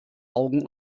augen